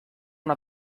una